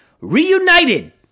Reunited